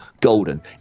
golden